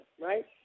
Right